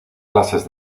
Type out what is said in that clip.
clases